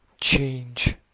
change